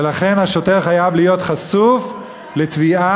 ולכן השוטר חייב להיות חשוף לתביעה.